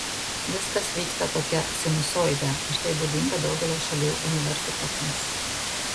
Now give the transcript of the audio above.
viskas vyksta tokia sinusoide ir tai būdinga daugelio šalių universitetams